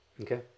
Okay